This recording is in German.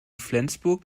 flensburg